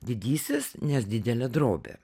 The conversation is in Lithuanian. didysis nes didelė drobė